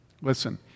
Listen